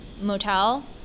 motel